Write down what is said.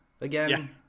again